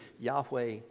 Yahweh